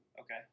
Okay